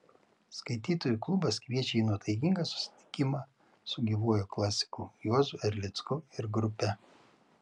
skaitytojų klubas kviečia į nuotaikingą susitikimą su gyvuoju klasiku juozu erlicku ir grupe